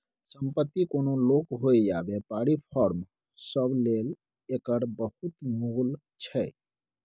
संपत्ति कोनो लोक होइ या बेपारीक फर्म सब लेल एकर बहुत मोल छै